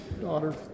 daughter